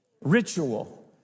ritual